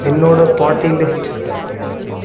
என்னோட party list